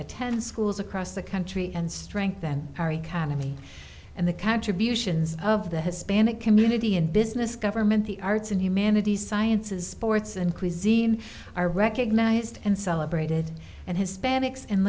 attend schools across the country and strengthen our economy and the contributions of the hispanic community in business government the arts and humanities sciences ports and cuisine are recognized and celebrated and hispanics and